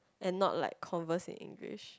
and not like converse in English